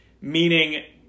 Meaning